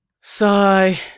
Sigh